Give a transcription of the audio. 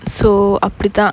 so அப்டித்தான்:apdithaan